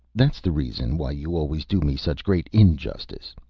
that's the reason why you always do me such great injustice.